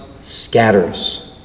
scatters